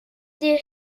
des